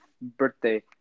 birthday